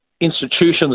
institutions